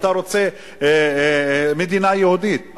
אתה רוצה מדינה יהודית,